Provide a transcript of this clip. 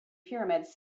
pyramids